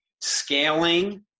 scaling